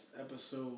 episode